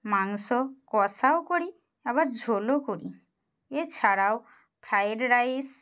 মাংস কষাও করি আবার ঝোলও করি এছাড়াও ফ্রায়েড রাইস